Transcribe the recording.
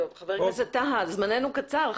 חבר הכנסת טאהא, זמננו קצר.